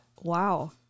Wow